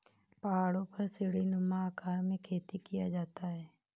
पहाड़ों पर सीढ़ीनुमा आकार में खेती किया जाता है